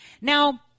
Now